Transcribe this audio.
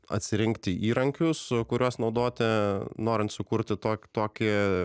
atsirinkti įrankius kuriuos naudoti norint sukurti tokį tokį